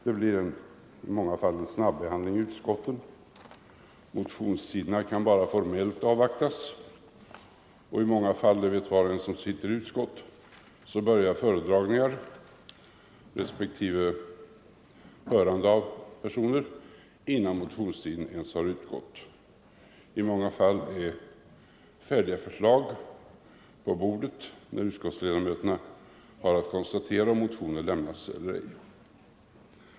Det blir i många fall en snabbehandling i utskottet. Motionstiderna kan bara formellt avvaktas och i många fall — det vet var och en som sitter i utskott — börjar föredragningar respektive hörande av personer innan motionstiden ens har utgått. Många gånger ligger färdiga förslag på bordet när utskottsledamöterna har att konstatera om motioner lämnats eller ej.